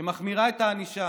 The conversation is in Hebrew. שמחמירה את הענישה